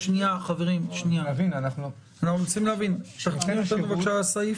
--- אנחנו מנסים להבין, תפני אותנו בבקשה לסעיף.